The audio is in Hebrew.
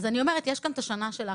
אז אני אומרת שיש גם את השנה של ההקפאה,